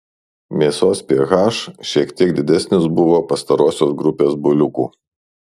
mėsos ph šiek tiek didesnis buvo pastarosios grupės buliukų